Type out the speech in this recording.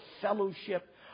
fellowship